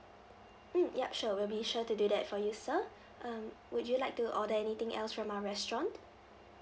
mm ya sure we'll be sure to do that for you sir um would you like to order anything else from our restaurant